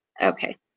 Okay